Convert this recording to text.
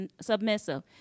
submissive